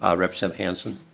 ah representative hansen